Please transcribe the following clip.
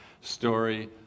story